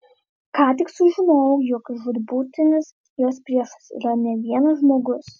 ką tik sužinojo jog žūtbūtinis jos priešas yra ne vienas žmogus